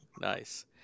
nice